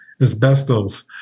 asbestos